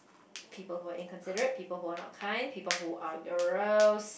people who are inconsiderate people who are not kind people who are gross